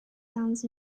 dans